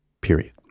period